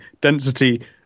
density